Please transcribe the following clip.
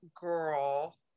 girl